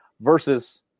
versus